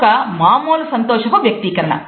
ఒక మామూలు సంతోషపు వ్యక్తీకరణ